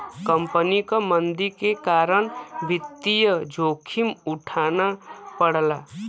company क मंदी के कारण वित्तीय जोखिम उठाना पड़ला